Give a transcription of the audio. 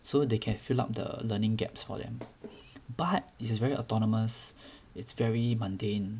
so they can fill up the learning gaps for them but it is very autonomous it's very mundane